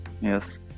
yes